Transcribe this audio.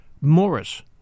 Morris